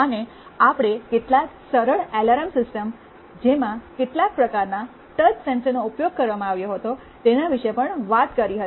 અને આપણે કેટલાક સરળ એલાર્મ સિસ્ટમ્સ જેમાં કેટલાક પ્રકારના ટચ સેન્સરનો ઉપયોગ કરવામાં આવ્યો હતો તેના વિશે પણ વાત કરી હતી